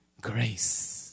grace